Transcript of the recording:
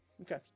Okay